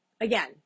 Again